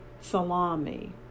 salami